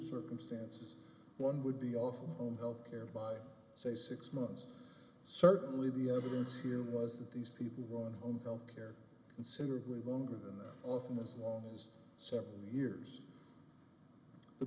circumstances one would be off on healthcare by say six months certainly the evidence here was that these people run home health care considerably longer than that often as long as several years the